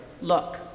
Look